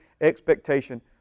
expectation